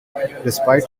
despite